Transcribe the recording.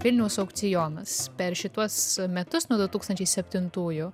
vilniaus aukcionas per šituos metus nuo du tūkstančiai septintųjų